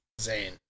Zane